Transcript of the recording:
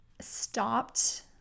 stopped